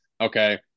Okay